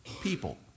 people